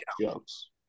jokes